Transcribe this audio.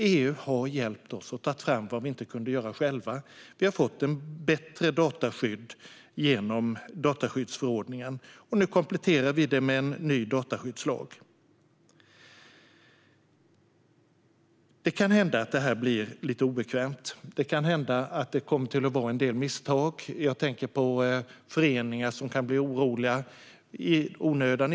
EU har hjälpt oss att ta fram det som vi inte kunde göra själva. Vi har fått ett bättre dataskydd genom dataskyddsförordningen, och nu kompletterar vi detta med en ny dataskyddslag. Det kan hända att det blir lite obekvämt och en del misstag. Jag tänker på föreningar som kan bli oroliga, ibland i onödan.